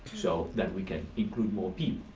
so that we can include more people.